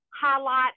highlight